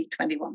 2021